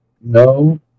No